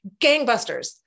gangbusters